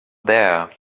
there